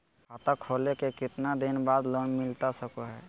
खाता खोले के कितना दिन बाद लोन मिलता सको है?